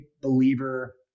believer